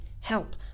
help